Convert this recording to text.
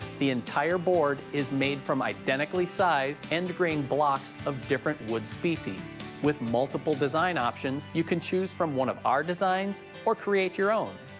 the entire board is made from identically sized end grained blocks of different wood species with multiple design options you can choose from one of our designs or create your own.